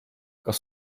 kas